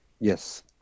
Yes